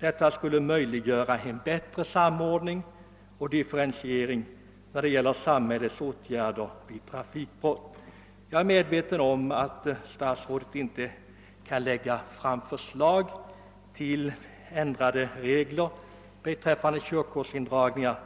Detta skulle möjliggöra en bättre samordning men även en differentiering av samhällets åtgärder vid trafikbrott. Jag är medveten om att statsrådet inte kan lägga fram förslag till ändrade regler beträffande körkortsindragningar